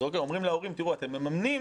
אז אומרים להורים: אתם מממנים